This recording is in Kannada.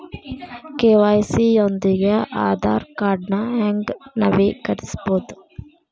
ಕೆ.ವಾಯ್.ಸಿ ಯೊಂದಿಗ ಆಧಾರ್ ಕಾರ್ಡ್ನ ಹೆಂಗ ನವೇಕರಿಸಬೋದ